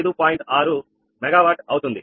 6 megawatt అవుతుంది